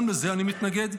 גם לזה אני מתנגד.